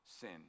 sin